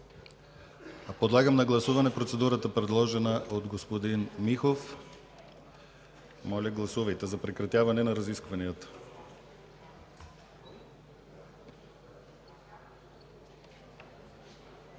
Подлагам на гласуване процедурата, предложена от господин Михов за прекратяване на разискванията.